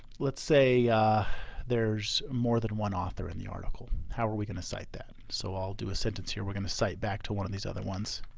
let's say there's more than one author in the article. how we can cite that, so i'll do a sentence here. we're gonna cite back to one of these other ones.